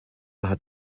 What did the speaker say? hat